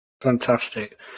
Fantastic